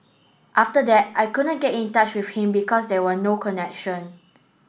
after that I couldn't get in touch with him because there were no connection